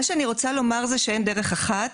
מה שאני רוצה לומר הוא שאין דרך אחת